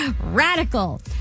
Radical